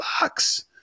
box